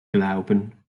glauben